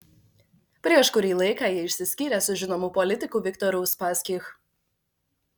prieš kurį laiką ji išsiskyrė su žinomu politiku viktoru uspaskich